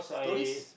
stories